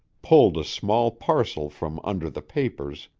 pulled a small parcel from under the papers,